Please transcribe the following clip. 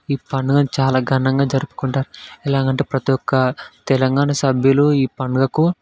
ఈ పండుగను చాలా ఘనంగా జరుపుకుంటారు ఎలాగంటే ప్రతిఒక్క తెలంగాణ సభ్యులు ఈ పండుగకు